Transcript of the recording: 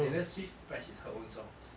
taylor swift prides in her own songs